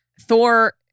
Thor